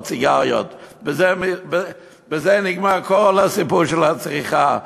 סיגריות ובזה נגמר כל הסיפור של הצריכה,